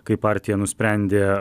kaip partija nusprendė